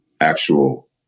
actual